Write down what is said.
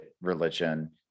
religion